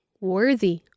worthy